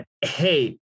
hey